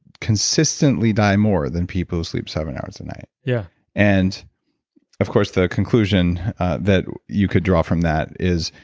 consistently die more than people who sleep seven hours a night yeah and of course the conclusion that you could draw from that is,